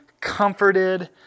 comforted